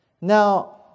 Now